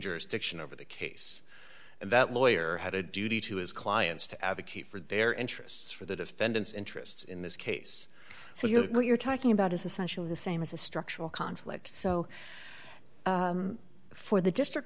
jurisdiction over the case and that lawyer had a duty to his clients to advocate for their interests for the defendant's interests in this case so you know what you're talking about is essentially the same as a structural conflict so for the district